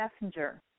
messenger